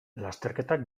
lasterketak